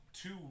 two